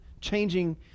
changing